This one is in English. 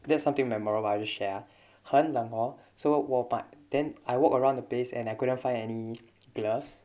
that's something memorable I'll just share ah 很冷 hor so 我把 then I walk around the place and I couldn't find any gloves